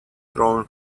thrown